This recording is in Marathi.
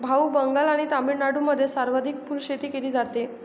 भाऊ, बंगाल आणि तामिळनाडूमध्ये सर्वाधिक फुलशेती केली जाते